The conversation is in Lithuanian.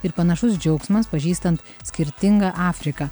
ir panašus džiaugsmas pažįstant skirtingą afriką